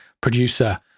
producer